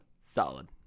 Solid